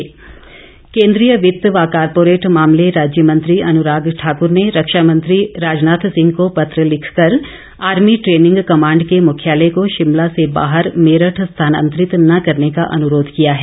अनुराग ठाकुर केंद्रीय वित्त व कारपोरेट मामले राज्य मंत्री अनुराग ठाकुर ने रक्षा मंत्री राजनाथ सिंह को पत्र लिखकर आर्मी ट्रैनिंग कमांड के मुख्यालय को शिमला से बाहर मेरठ स्थानतंरित न करने का अनुरोध किया है